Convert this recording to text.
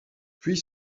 puis